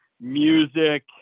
music